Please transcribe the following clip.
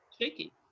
shaky